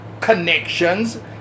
connections